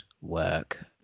work